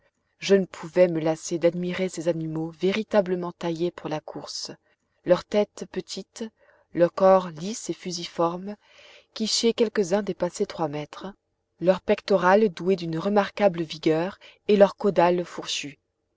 je ne pouvais me lasser d'admirer ces animaux véritablement taillés pour la course leur tête petite leur corps lisse et fusiforme qui chez quelques-uns dépassait trois mètres leurs pectorales douées d'une remarquable vigueur et leurs caudales fourchues